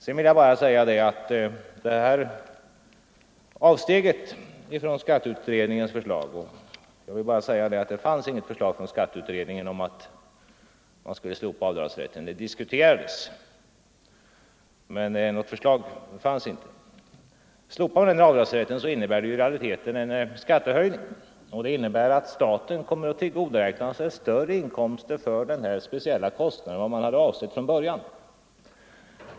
Sedan vill jag bara säga, i anslutning till det som har anförts om ett avsteg från skatteutredningens förslag, att det inte fanns något förslag från skatteutredningen om att slopa avdragsrätten. Det diskuterades, men något förslag fanns inte. Slopar man den här avdragsrätten innebär det i realiteten en skattehöjning, och det betyder att staten kommer att tillgodoräkna sig större inkomster för den här speciella kostnaden än avsikten var från början.